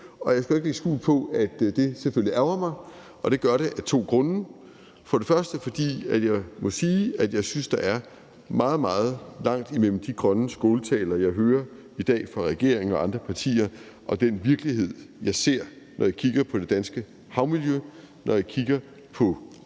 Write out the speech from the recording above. jeg skal ikke lægge skjul på, at det selvfølgelig ærgrer mig, og det gør det af to grunde. Den første er, må jeg sige, at jeg synes, der er meget, meget langt imellem de grønne skåltaler, jeg hører i dag fra regeringen og andre partier, og den virkelighed, jeg ser, når jeg kigger på det danske havmiljø, når jeg kigger på